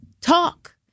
talk